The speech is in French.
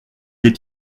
est